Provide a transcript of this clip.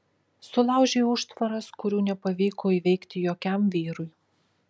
sulaužei užtvaras kurių nepavyko įveikti jokiam vyrui